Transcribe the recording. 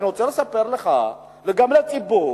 אני רוצה לספר לך וגם לציבור,